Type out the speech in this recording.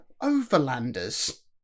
overlanders